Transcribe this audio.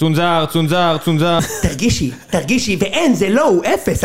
צונזר, צונזר, צונזר תרגישי, תרגישי ואין זה לא הוא אפס